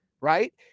right